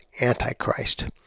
antichrist